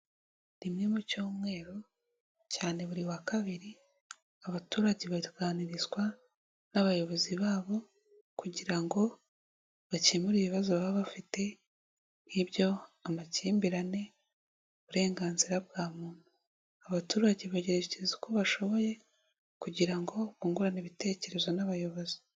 Rimwe mu cyumweru cyane buri wa kabiri abaturage baganirizwa n'abayobozi babo kugira ngo bakemure ibibazo baba bafite nk'ibyo amakimbirane, uburenganzira bwa muntu, abaturage bageragezaza uko bashoboye kugira ngo bungurane ibitekerezo n'abayobozi.